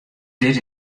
dit